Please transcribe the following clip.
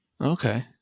Okay